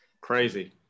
Crazy